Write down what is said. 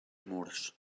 murs